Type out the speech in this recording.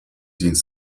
день